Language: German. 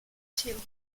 theorie